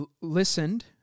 listened